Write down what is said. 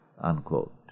unquote